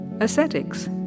Ascetics